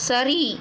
சரி